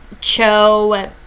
cho